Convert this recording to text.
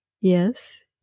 Yes